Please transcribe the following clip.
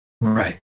Right